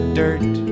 dirt